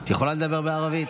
את יכולה לדבר בערבית.